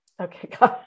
okay